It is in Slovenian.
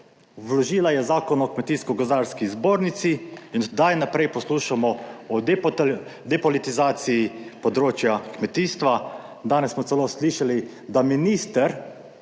Vložila je Zakon o Kmetijsko gozdarski zbornici in od zdaj naprej poslušamo o depolitizaciji področja kmetijstva. Danes smo celo slišali, da minister